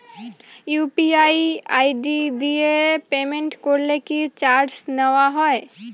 UPI ID দিয়ে payment করলে কি চার্জ নেয়া হয়?